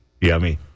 Yummy